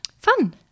fun